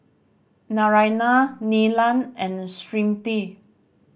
Naraina Neelam and Smriti